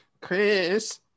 Chris